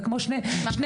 זה כמו שתי קצוות.